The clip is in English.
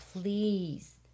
Please